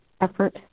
effort